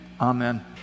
Amen